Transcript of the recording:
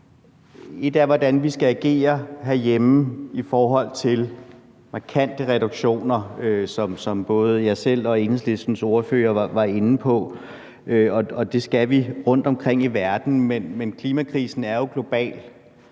ét er, hvordan vi skal agere herhjemme i forhold til markante reduktioner, som både jeg selv og Enhedslistens ordfører var inde på. Vi skal agere rundtomkring i verden, men klimakrisen er jo global.